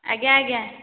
ଆଜ୍ଞା ଆଜ୍ଞା